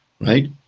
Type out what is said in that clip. right